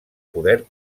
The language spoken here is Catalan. poder